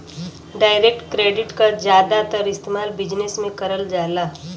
direct credit क जादातर इस्तेमाल बिजनेस में करल जाला